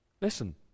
Listen